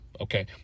okay